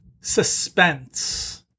Suspense